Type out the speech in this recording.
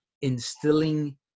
instilling